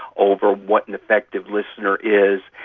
over what and effective listener is,